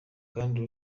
kandi